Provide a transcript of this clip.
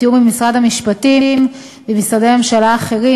בתיאום עם משרד המשפטים ועם משרדי הממשלה האחרים,